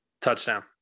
Touchdown